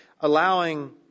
allowing